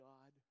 God